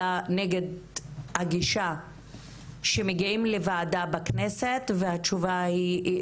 אלא נגד הגישה שמגיעים לוועדה בכנסת והתשובה היא אי